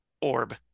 Orb